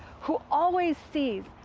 who always sees,